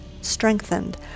strengthened